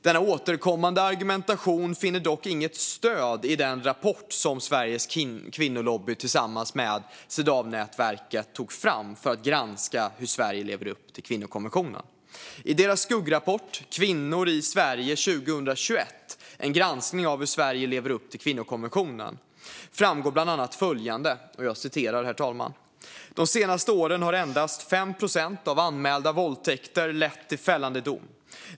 Denna återkommande argumentation finner dock inget stöd i den rapport som Sveriges Kvinnolobby tillsammans med Cedawnätverket tog fram för att granska hur Sverige lever upp till kvinnokonventionen. I deras skuggrapport Kvinnor i Sverige 2021 - E n granskning av hur Sverige lever upp till Kv innokonventionen framgår bland annat följande: "De senaste åren har endast 5 procent av anmälda våldtäkter lett till fällande dom.